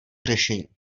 řešení